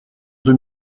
deux